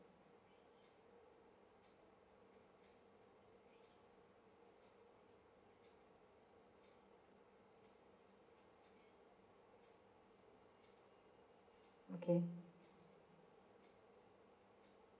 okay